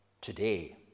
today